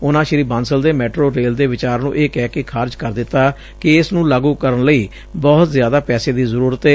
ਉਨੂਂ ਸ੍ਰੀ ਬਾਂਸਲ ਦੇ metro rail ਦੇ ਵਿਚਾਰ ਨੂੰ ਇਹ ਕਹਿ ਕੇ ਖਾਰਜ ਕਰ ਦਿੱਤਾ ਕਿ ਇਸ ਨੂੰ ਲਾਗੁ ਕਰਨ ਲਈ ਬਹੁਤ ਜ਼ਿਆਦਾ ਪੈਸੇ ਦੀ ਜ਼ਰੁਰਤ ਏ